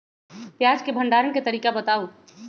प्याज के भंडारण के तरीका बताऊ?